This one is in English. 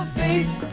face